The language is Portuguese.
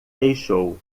deixou